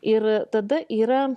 ir tada yra